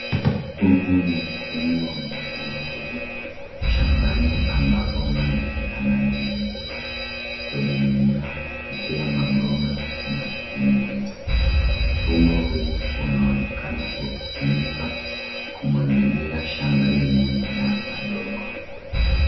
Huu ni mfumo wa umwagiliaji shambani ambapo maji yananyunyiziwa kwenye mimea kupitia mabomba na vinyunyizi. Mfumo huu unaonekana ukitumika kumwagilia shamba lenye mimea madogo.